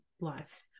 life